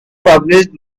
published